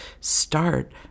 start